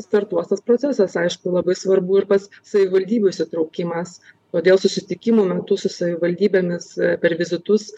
startuos tas procesas aišku labai svarbu ir pats savivaldybių įsitraukimas todėl susitikimo metu su savivaldybėmis per vizitus